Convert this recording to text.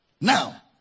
Now